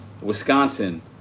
Wisconsin